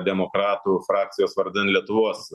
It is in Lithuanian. demokratų frakcijos vardan lietuvos